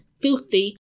filthy